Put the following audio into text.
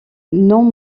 non